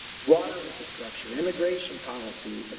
water infrastructure, immigration policy,